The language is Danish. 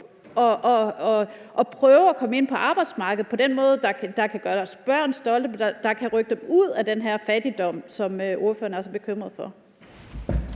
at prøve at komme ind på arbejdsmarkedet på den måde, der kan gøre deres børns stolte, og som kan rykke dem ud af den her fattigdom, som ordføreren også er bekymret for.